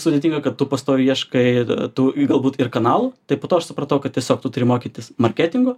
sudėtinga kad tu pastoviai ieškai tų galbūt ir kanalų tai po to aš supratau kad tiesiog tu turi mokytis marketingo